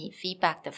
feedback